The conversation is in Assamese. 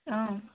অঁ